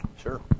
Sure